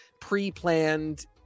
pre-planned